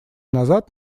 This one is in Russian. назад